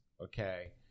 Okay